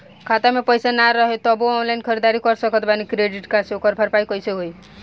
खाता में पैसा ना रही तबों ऑनलाइन ख़रीदारी कर सकत बानी क्रेडिट कार्ड से ओकर भरपाई कइसे होई?